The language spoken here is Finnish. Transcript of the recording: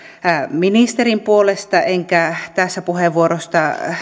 ministerin puolesta enkä tässä puheenvuorossa